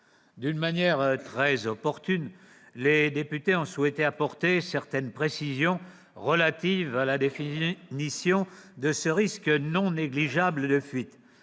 De manière très opportune, les députés ont souhaité apporter certaines précisions relatives à la définition de ce risque non négligeable de fuite.